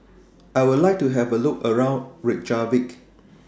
I Would like to Have A Look around Reykjavik